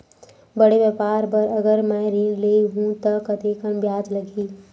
बड़े व्यापार बर अगर मैं ऋण ले हू त कतेकन ब्याज लगही?